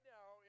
now